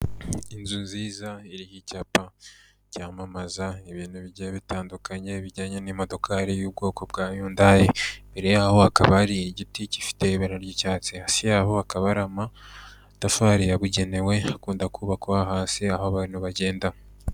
Inzu nziza iriho icyapa cyamamaza ibintu bigiye bitandukanye bijyanye n'imodokari y'ubwoko bwa yundayi, imbere yaho hakaba hari igiti gifite ibara ry'icyatsi, hasi yaho hakaba hari amatafari yabugenewe akunda kubakwa hasi aho abantu bagenda.